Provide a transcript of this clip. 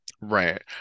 Right